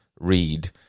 read